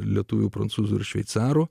lietuvių prancūzų ir šveicarų